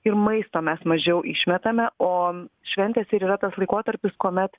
ir maisto mes mažiau išmetame o šventės ir yra tas laikotarpis kuomet